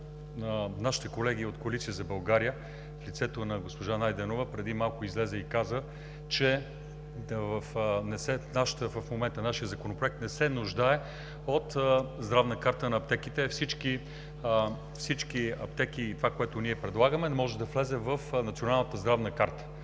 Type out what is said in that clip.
нашите колеги от „Коалиция за България“, в лицето на госпожа Найденова, която преди малко излезе и каза, че в момента нашият законопроект не се нуждае от Здравна карта на аптеките, а всички аптеки и това, което ние предлагаме, може да влезе в Националната здравна карта.